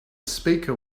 speaker